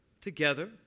together